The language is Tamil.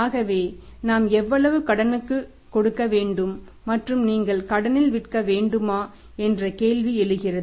ஆகவேநாம் எவ்வளவு கடனுக்கு கொடுக்க வேண்டும் மற்றும் நீங்கள் கடனில் விற்க வேண்டுமா என்ற கேள்வி எழுகிறது